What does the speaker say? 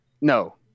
No